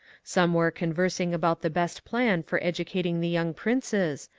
some were conversing about the best plan for educating the young princes,